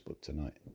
tonight